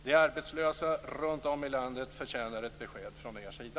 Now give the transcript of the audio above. De arbetslösa runtom i landet förtjänar ett besked från er sida.